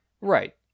Right